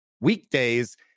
weekdays